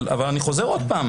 אני חוזר שוב,